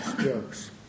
jokes